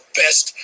best